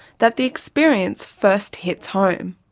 that the experience first hits home.